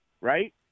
Right